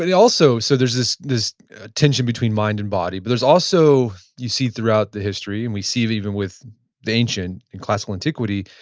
also, so there's this this tension between mind and body, but there's also, you see throughout the history, and we see it even with the ancient and classical antiquity,